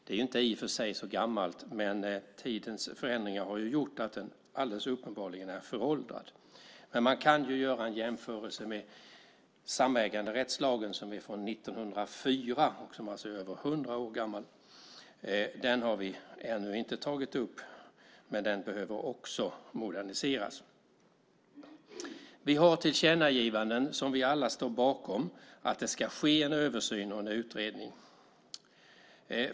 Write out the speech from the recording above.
Den är inte i och för sig så gammal, men tidens förändringar har gjort att den alldeles uppenbarligen är föråldrad. Man kan göra en jämförelse med samäganderättslagen som är från 1904, alltså över hundra år gammal. Den har vi ännu inte tagit upp, men den behöver också moderniseras. Vi har tillkännagivanden som vi alla står bakom. Det ska ske en översyn och en utredning.